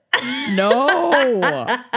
No